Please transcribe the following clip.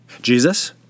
Jesus